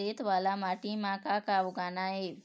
रेत वाला माटी म का का उगाना ये?